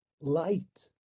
light